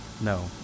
No